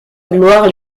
gloire